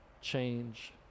change